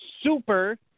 super